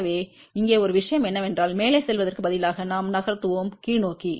எனவே இங்கே ஒரு விஷயம் என்னவென்றால் மேலே செல்வதற்கு பதிலாக நாம் நகர்த்துவோம் கீழ்நோக்கி